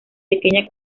pequeña